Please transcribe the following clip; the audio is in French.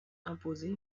imposait